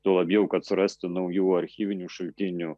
tuo labiau kad surasti naujų archyvinių šaltinių